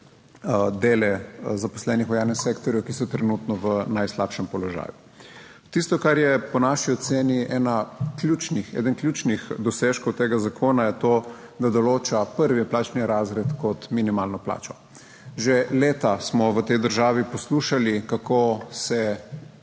dele zaposlenih v javnem sektorju, ki so trenutno v najslabšem položaju. Tisto kar je po naši oceni ena ključnih, eden ključnih dosežkov tega zakona je to, da določa prvi plačni razred, kot minimalno plačo. Že leta smo v tej državi poslušali, kako se